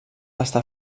està